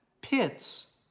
pits